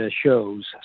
shows